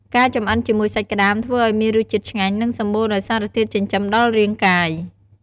ការចម្អិនជាមួយសាច់ក្តាមធ្វើឱ្យមានរសជាតិឆ្ងាញ់ និងសម្បូរដោយសារធាតុចិញ្ចឹមដល់រាងកាយ។